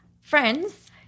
Friends